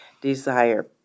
desire